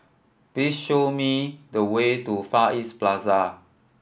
please show me the way to Far East Plaza